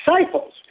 disciples